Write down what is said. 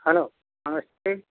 hello नमस्ते